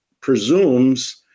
presumes